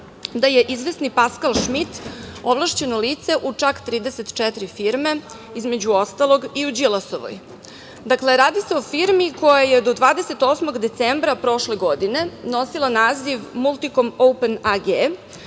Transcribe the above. da je izvesni Paskal Šmit ovlašćeno lice u čak 34 firme, između ostalog i u Đilasovoj. Dakle, radi se o firmi koja je do 28. decembra prošle godine nosila naziv „Multicom Open AG“,